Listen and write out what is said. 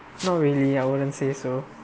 not really I wouldn't say so